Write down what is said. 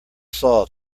saw